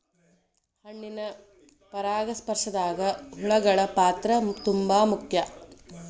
ಹಣ್ಣಿನ ಪರಾಗಸ್ಪರ್ಶದಾಗ ಹುಳಗಳ ಪಾತ್ರ ತುಂಬಾ ಮುಖ್ಯ